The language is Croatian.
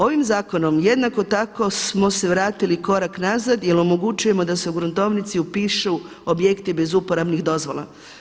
Ovim zakonom jednako tako smo se vratili korak nazad jel omogućujemo da se u gruntovnici upišu objekti bez uporabnih dozvola.